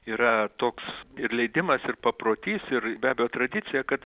yra toks ir leidimas ir paprotys ir be abejo tradicija kad